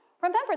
Remember